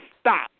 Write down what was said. stop